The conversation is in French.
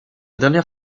dernière